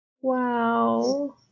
Wow